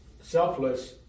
selfless